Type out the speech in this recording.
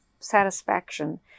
satisfaction